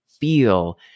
feel